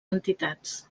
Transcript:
entitats